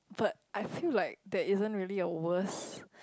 but I feel like there isn't really a worst